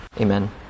amen